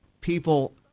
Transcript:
People